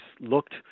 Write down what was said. looked